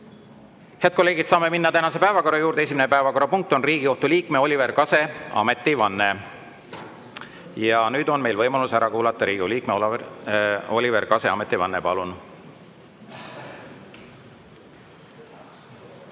Head kolleegid, saame minna tänase päevakorra juurde. Esimene päevakorrapunkt on Riigikohtu liikme Oliver Kase ametivanne. Nüüd on meil võimalus ära kuulata Riigikohtu liikme Oliver Kase ametivanne. Palun!